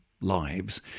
lives